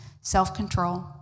self-control